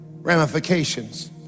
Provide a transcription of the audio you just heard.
ramifications